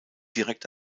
direkt